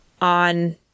on